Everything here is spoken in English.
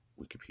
Wikipedia